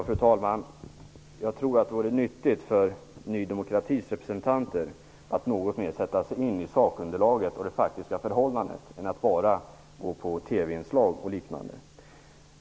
Fru talman! Det vore nyttigt för Ny demokratis representanter att något mer sätta sig in i sakunderlaget och det faktiska förhållandet i stället för att enbart gå på exempelvis TV-inslag.